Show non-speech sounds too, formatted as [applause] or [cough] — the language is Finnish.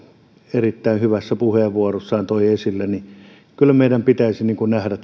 erittäin hyvässä puheenvuorossaan toi esille niin kyllä meidän pitäisi nähdä [unintelligible]